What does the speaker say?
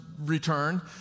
return